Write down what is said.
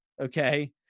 Okay